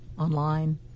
online